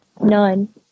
None